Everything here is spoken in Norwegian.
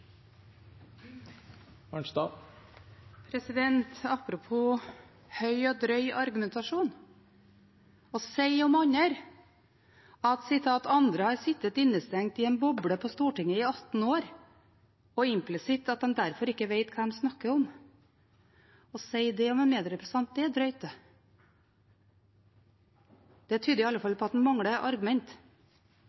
høy og drøy argumentasjon: Å si om andre at de «har sittet innestengt i en boble på Stortinget i 18 år», og implisitt at de derfor ikke vet hva de snakker om – å si det om en medrepresentant, det er drøyt, det. Det tyder i alle